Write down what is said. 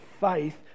faith